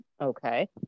Okay